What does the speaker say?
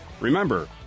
Remember